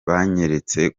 byanyeretse